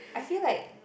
I feel like